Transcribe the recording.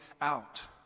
out